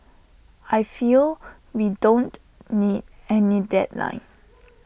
I feel we don't need any deadline